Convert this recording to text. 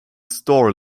store